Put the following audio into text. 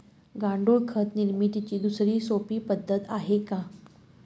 गांडूळ खत निर्मितीची दुसरी सोपी पद्धत आहे का?